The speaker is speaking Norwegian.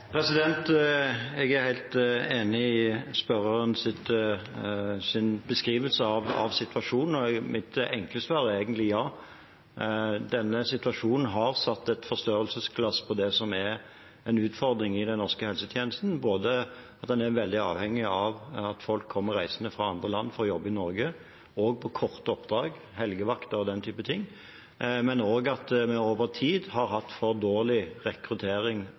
Jeg er helt enig i spørrerens beskrivelse av situasjonen, og mitt enkle svar er egentlig ja. Denne situasjonen har satt et forstørrelsesglass på det som er en utfordring i den norske helsetjenesten, både at en er veldig avhengig av at folk kommer reisende fra andre land for å jobbe i Norge – også på korte oppdrag, helgevakter og den typen ting – og at vi over tid har hatt for dårlig rekruttering,